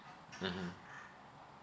mmhmm